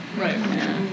Right